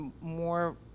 more